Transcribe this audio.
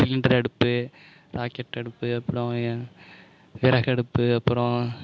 cylinder அடுப்பு rocket அடுப்பு அப்புறம் விறகு அடுப்பு அப்புறம்